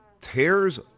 tears